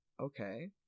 Okay